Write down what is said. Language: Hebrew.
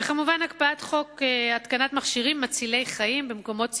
הקפאת חוק התקנת מכשירים מצילי חיים במקומות ציבוריים,